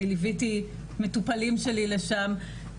אני ליוויתי מטופלים שלי לשם.